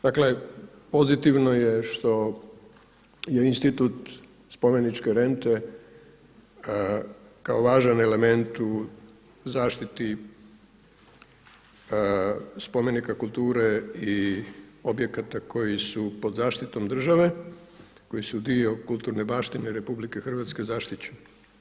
Dakle, pozitivno je što je institut spomeničke rente kao važan element u zaštiti spomenika kulture i objekata koji su pod zaštitom države, koji su dio kulturne baštine RH zaštićeni.